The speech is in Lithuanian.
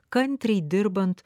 kantriai dirbant